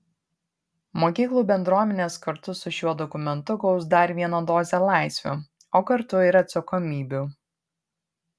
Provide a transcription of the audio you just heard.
mokyklų bendruomenės kartu su šiuo dokumentu gaus dar vieną dozę laisvių o kartu ir atsakomybių